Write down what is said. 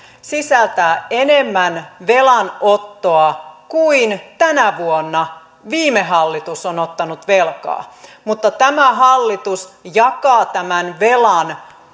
sisältää enemmän velanottoa kuin tänä vuonna viime hallitus on ottanut velkaa mutta tämä hallitus jakaa tämän velan